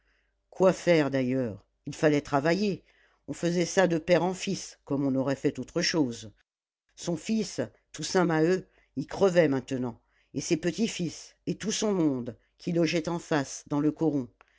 quoi faire d'ailleurs il fallait travailler on faisait ça de père en fils comme on aurait fait autre chose son fils toussaint maheu y crevait maintenant et ses petits-fils et tout son monde qui logeait en face dans le coron